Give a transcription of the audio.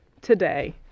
today